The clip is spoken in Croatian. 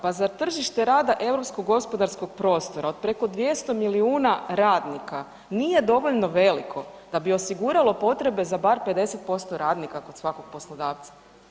Pa zar tržište rada Europskog gospodarskog prostora od preko 200 milijuna radnika nije dovoljno veliko da bi osiguralo potrebe za bar 50% radnika kod svakog poslodavca.